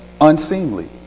unseemly